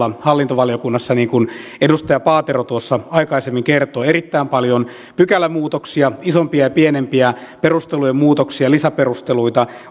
hallintovaliokunnassa niin kuin edustaja paatero tuossa aikaisemmin kertoi erittäin paljon pykälämuutoksia isompia ja pienempiä perustelujen muutoksia lisäperusteluita